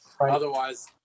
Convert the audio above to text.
Otherwise